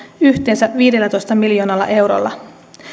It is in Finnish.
yhteensä viidellätoista miljoonalla eurolla